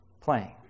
playing